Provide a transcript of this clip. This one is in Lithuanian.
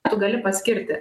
ar gali paskirti